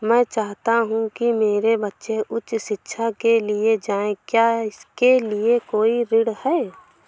मैं चाहता हूँ कि मेरे बच्चे उच्च शिक्षा के लिए जाएं क्या इसके लिए कोई ऋण है?